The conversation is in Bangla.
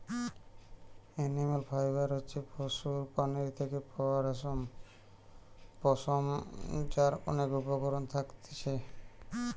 এনিম্যাল ফাইবার হতিছে পশুর প্রাণীর থেকে পাওয়া রেশম, পশম যার অনেক উপকরণ থাকতিছে